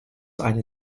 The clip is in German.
eine